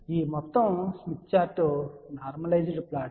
ఈ మొత్తం Smith chart normalised plot